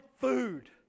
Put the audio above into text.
food